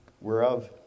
whereof